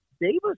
Davis